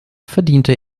verdiente